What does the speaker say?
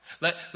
Let